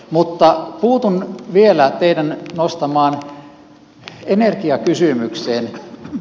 mutta puutun vielä teidän nostamaanne energiakysymykseen